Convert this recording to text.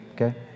okay